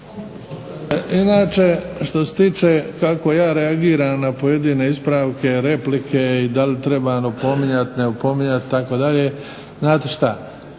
Inače što se tiče kako ja reagiram na pojedine ispravke, replike i da li trebam opominjati, neopominjani itd. znate šta,